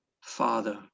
Father